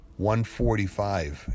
145